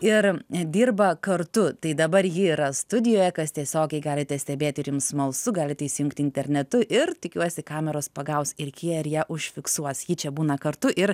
ir dirba kartu tai dabar ji yra studijoje kas tiesiogiai galite stebėti ir jums smalsu galite įsijungti internetu ir tikiuosi kameros pagaus ir kiją ir ją užfiksuos ji čia būna kartu ir